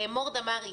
מור דמרי,